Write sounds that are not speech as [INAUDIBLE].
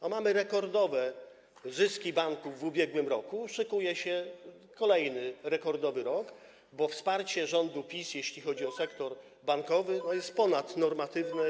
A mieliśmy rekordowe zyski banków w ubiegłym roku, szykuje się kolejny rekordowy rok, bo wsparcie rządu PiS, jeśli chodzi o sektor bankowy, [NOISE] jest ponadnormatywne.